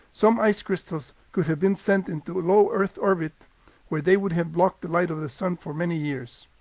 some ice crystals could have been sent into low earth orbit where they would have blocked the light of the sun for many years.